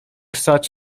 such